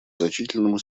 значительному